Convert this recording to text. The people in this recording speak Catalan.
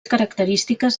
característiques